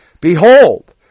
Behold